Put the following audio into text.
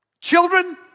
children